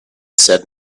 said